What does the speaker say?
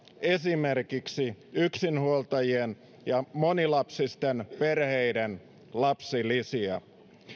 esimerkiksi yksinhuoltajien ja monilapsisten perheiden lapsilisiä